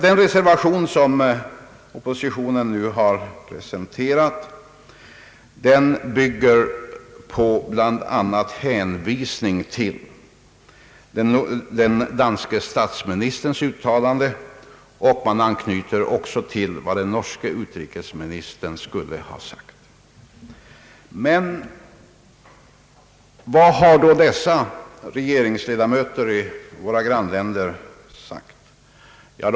Den reservation som oppositionen nu har avgivit bygger bl.a. på en hänvisning till den danske statsministerns uttalande, och reservanterna anknyter också till vad den norske utrikesministern skulle ha sagt. Men vad har då dessa regeringsledamöter i våra grannländer yttrat?